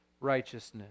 righteousness